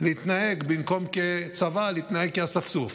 במקום להתנהג כצבא, להתנהג כאספסוף.